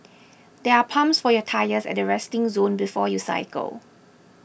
there are pumps for your tyres at the resting zone before you cycle